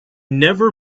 never